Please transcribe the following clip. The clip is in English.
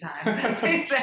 times